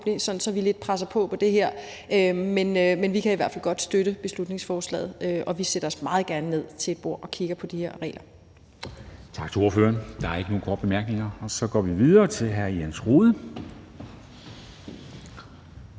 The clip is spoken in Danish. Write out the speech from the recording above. så vi presser lidt på med det her. Men vi kan i hvert fald godt støtte beslutningsforslaget, og vi sætter os meget gerne ned ved et bord og kigger på de her regler. Kl. 11:26 Formanden (Henrik Dam Kristensen): Tak til ordføreren. Der er ikke nogen korte bemærkninger. Så går vi videre til hr. Jens Rohde,